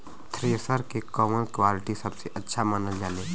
Thresher के कवन quality सबसे अच्छा मानल जाले?